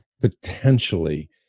potentially